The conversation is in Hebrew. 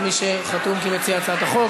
כמי שחתום כמציע הצעת החוק,